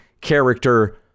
character